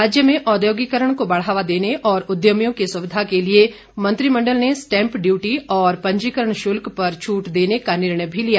राज्य में औद्योगिकरण को बढ़ावा देने और उद्यमियों की सुविधा के लिए मंत्रिमण्डल ने स्टैंप ड्यूटी और पंजीकरण शुल्क पर छूट देने का निर्णय भी लिया